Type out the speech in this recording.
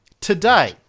today